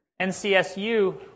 NCSU